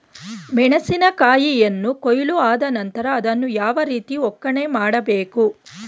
ಮೆಣಸಿನ ಕಾಯಿಯನ್ನು ಕೊಯ್ಲು ಆದ ನಂತರ ಅದನ್ನು ಯಾವ ರೀತಿ ಒಕ್ಕಣೆ ಮಾಡಬೇಕು?